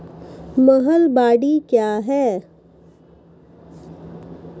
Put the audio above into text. महलबाडी क्या हैं?